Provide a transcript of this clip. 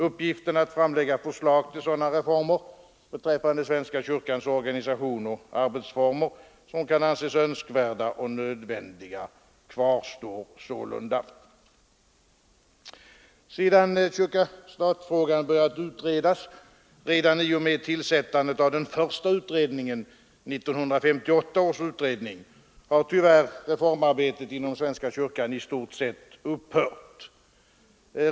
Uppgifterna att framlägga förslag till sådana reformer beträffande svenska kyrkans organisation och arbetsformer som kan anses önskvärda och nödvändiga kvarstår sålunda. Sedan kyrka—stat-frågan börjat utredas, redan i och med tillsättandet av den första utredningen, 1958 års utredning, har reformarbetet inom svenska kyrkan tyvärr i stort sett upphört.